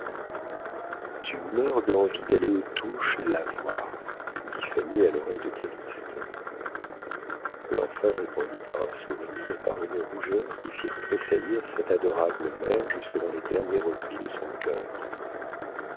tu meurs d'envie d'aller aux touches la voir dit fanny à l'oreille de calyste l'enfant répondit par un sourire et par une rougeur qui firent tressaillir cette adorable mère jusque dans les derniers replis de son cœur